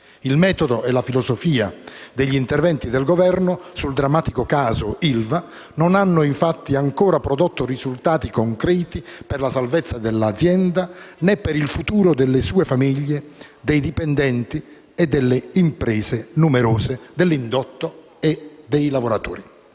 Il metodo e la filosofia degli interventi del Governo sul drammatico caso dell'ILVA non hanno, infatti, ancora prodotto risultati concreti per la salvezza dell'azienda, né per il futuro delle sue famiglie, dei dipendenti e delle numerose imprese dell'indotto e dei loro lavoratori.